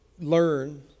learn